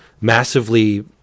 massively